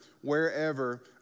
wherever